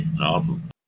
awesome